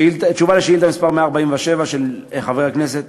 1 2. תשובה על שאילתה מס' 147 של חבר הכנסת